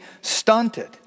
stunted